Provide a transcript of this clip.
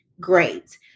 great